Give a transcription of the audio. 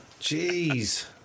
Jeez